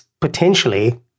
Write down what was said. potentially